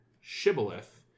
shibboleth